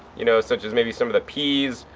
you know, such as maybe some of the peas.